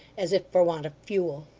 as if for want of fuel.